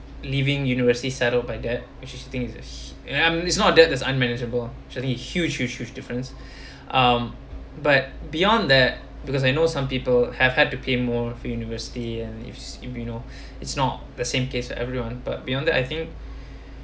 leaving university settled by that which she thinks is and um it's not that is unmanageable surely huge huge huge difference um but beyond that because I know some people have had to pay more for university and if if you know it's not the same case to everyone but beyond that I think